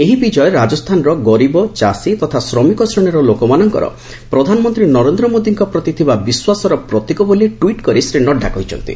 ଏହି ବିଜୟ ରାଜସ୍ଥାନର ଗରିବ ଚାଷୀ ତଥା ଶ୍ରମିକ ଶ୍ରେଣୀର ଲୋକଙ୍କର ପ୍ରଧାନମନ୍ତ୍ରୀ ନରେନ୍ଦ୍ର ମୋଦୀଙ୍କ ପ୍ରତି ଥିବା ବିଶ୍ୱାସର ପ୍ରତୀକ ବୋଲି ଟ୍ୱିଟ୍ କରି ଶ୍ରୀ ନଡ୍ରା କହିଛନ୍ତି